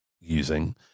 using